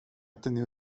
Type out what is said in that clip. tenido